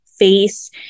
face